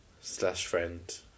Slash-friend